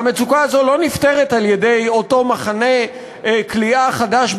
והמצוקה הזאת לא נפתרת על-ידי אותו מחנה כליאה חדש,